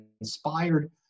inspired